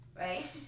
right